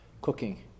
cooking